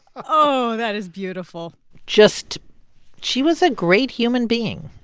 oh, that is beautiful just she was a great human being.